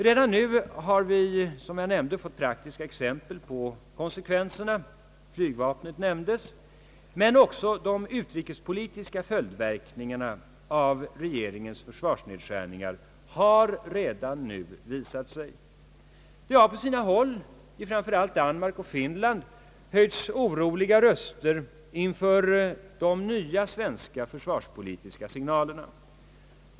Redan nu har vi, som jag nämnde, fått praktiska exempel på konsekvenserna — flygvapnet nämndes, men också de utrikespolitiska följdverkningarna av regeringens förslag till nedskärningar har visat sig. På sina håll, framför allt i Danmark och Finland, har oroliga röster höjts inför de nya svenska försvarspolitiska signalerna.